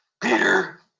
Peter